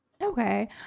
Okay